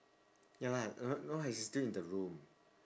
ya lah uh no lah he's still in the room